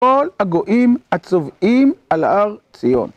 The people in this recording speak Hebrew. כל הגויים הצובעים על הר ציון